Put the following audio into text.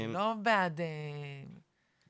אני לא בעד --- רגע,